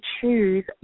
choose